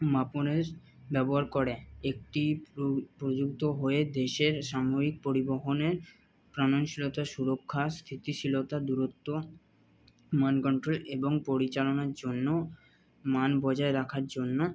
মাপনের ব্যবহার করে একটি প্রযুক্ত হয়ে দেশের সাময়িক পরিবহনের শীলতা সুরক্ষা স্থিতিশীলতা দূরত্ব মান কন্ট্রোল এবং পরিচালনার জন্য মান বজায় রাখার জন্য